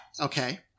Okay